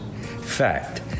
Fact